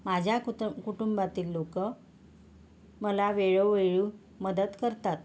माझ्या कुत कुटुंबातील लोक मला वेळोवेळी मदत करतात